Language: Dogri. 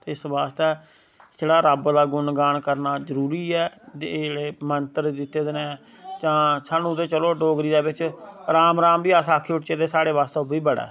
एस्स आस्तै जेह्ड़़ा रब्ब दा गुणगान करना जरूरी ऐ ते एह् जेह्ड़े मंत्र दित्ते दे न जां स्हानू ते चलो डोगरी दे बिच राम राम बी अस आक्खी उड़चै तां स्हाड़े आस्तै ओह्बी बड़ा ऐ